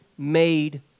made